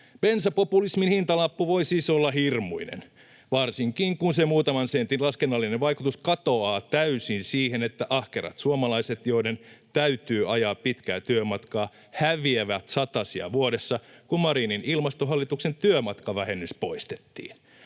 Bensapopulismin hintalappu voi siis olla hirmuinen, varsinkin kun se muutaman sentin laskennallinen vaikutus katoaa täysin siihen, että ahkerat suomalaiset, joiden täytyy ajaa pitkää työmatkaa, häviävät satasia vuodessa, kun Marinin ilmastohallituksen työmatkavähennys poistettiin.